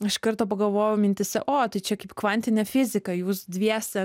iš karto pagalvojau mintyse o tai čia kaip kvantinė fizika jūs dviese